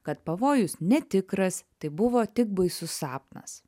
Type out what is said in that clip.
kad pavojus netikras tai buvo tik baisus sapnas